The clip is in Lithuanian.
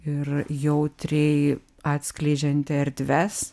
ir jautriai atskleidžianti erdves